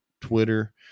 Twitter